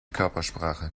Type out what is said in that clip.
körpersprache